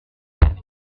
pradesh